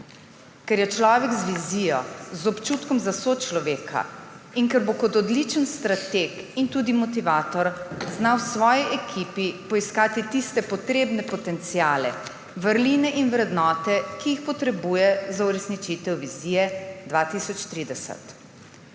Ker je človek z vizijo, z občutkom za človeka in ker bo kot odličen strateg in tudi motivator znal v svoji ekipi poiskati tiste potrebne potenciale, vrline in vrednote, ki jih potrebuje za uresničitev vizije 2030.